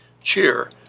Cheer